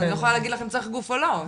אז אני לא יכולה להגיד לך אם צריך גוף או לא.